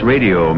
Radio